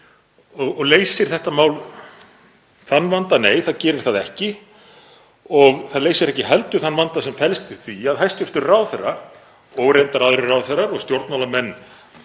Leysir þetta mál þann vanda? Nei, það gerir það ekki. Það leysir ekki heldur þann vanda sem felst í því að hæstv. ráðherra og reyndar aðrir ráðherrar og stjórnmálamenn